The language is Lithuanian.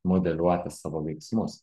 modeliuoti savo veiksmus